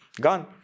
Gone